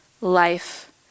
life